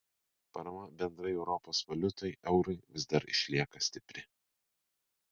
parama bendrai europos valiutai eurui vis dar išlieka stipri